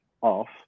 off